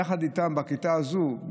יחד איתם בכיתה הזו,